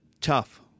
Tough